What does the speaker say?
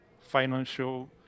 financial